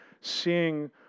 seeing